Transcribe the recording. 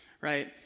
right